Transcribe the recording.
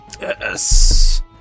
Yes